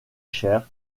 cher